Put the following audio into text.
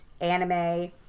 anime